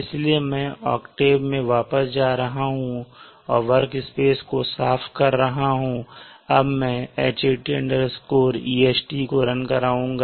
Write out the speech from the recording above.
इसलिए मैं ओक्टेव में वापस जा रहा हूं और वर्क स्पेस को साफ कर रहा हूं अब मैं Hat est को रन कराऊंगा